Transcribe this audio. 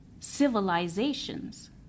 civilizations